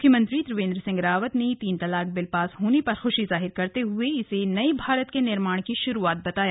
मुख्यमंत्री त्रिवेन्द्र सिंह रावत ने तीन तलाक बिल पास होने पर खुशी जाहिर करते हुए इसे नये भारत के निर्माण की शुरूआत बताया